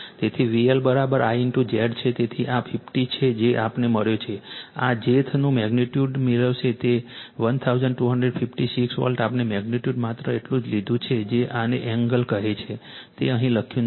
તેથી VLI Z છે તેથી આ 40 છે જે આપણને મળ્યો છે આ jth નું મેગ્નિટ્યુડ મેળવશે તે 1256 વોલ્ટ આપણે મેગ્નિટ્યુડ માત્ર એટલું જ લીધું છે કે આને એંગલ કહે છે તે અહીં લખ્યું નથી